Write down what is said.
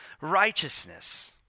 righteousness